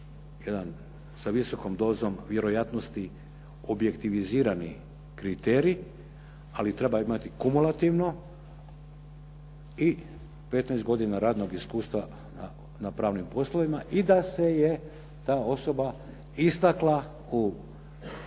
sa visokom dozom vjerojatnosti objektivizirani kriterij, ali treba imati kumulativno i 15 godina radnog iskustva na pravnim poslovima i da se je ta osoba istakla u